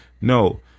No